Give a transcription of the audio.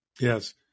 Yes